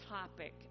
topic